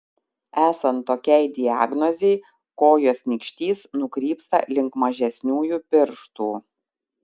esant tokiai diagnozei kojos nykštys nukrypsta link mažesniųjų pirštų